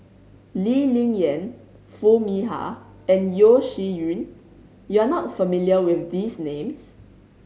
Lee Ling Yen Foo Mee Har and Yeo Shih Yun you are not familiar with these names